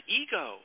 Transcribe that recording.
ego